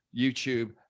YouTube